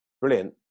brilliant